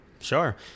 Sure